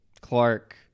Clark